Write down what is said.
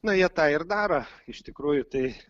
na jie tą ir daro iš tikrųjų tai